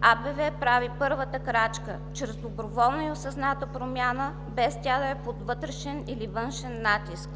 АБВ прави първата крачка чрез доброволна и осъзната промяна, без тя да е под вътрешен или външен натиск.